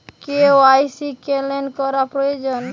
KYC cancel করা প্রয়োজন?